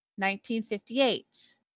1958